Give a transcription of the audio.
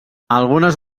algunes